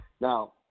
Now